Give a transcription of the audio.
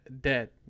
dead